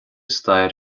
stair